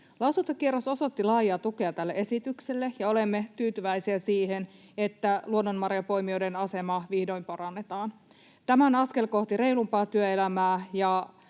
Lausuntokierros osoitti laajaa tukea tälle esitykselle, ja olemme tyytyväisiä siihen, että luonnonmarjanpoimijoiden asemaa vihdoin parannetaan. Tämä on askel kohti reilumpaa työelämää